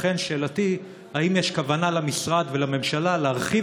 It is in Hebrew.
לכן שאלתי: האם יש כוונה למשרד ולממשלה להרחיב